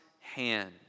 hand